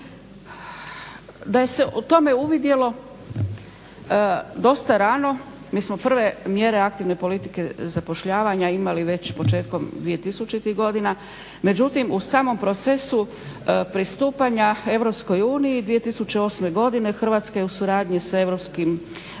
Da se tome uvidjelo dosta rano, mi smo prve mjere aktivne politike zapošljavanja imali već početkom 2000-ih godina, međutim u samom procesu pristupanja EU 2008. godine Hrvatska je u suradnji s